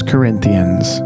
Corinthians